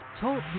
Talk